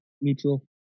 Neutral